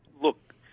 look